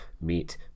meet